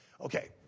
Okay